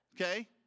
Okay